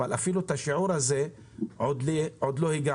אבל אפילו לשיעור הזה עוד לא הגענו.